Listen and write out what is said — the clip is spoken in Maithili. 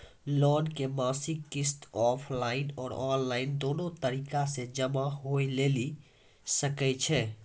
लोन के मासिक किस्त ऑफलाइन और ऑनलाइन दोनो तरीका से जमा होय लेली सकै छै?